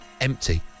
empty